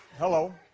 hello.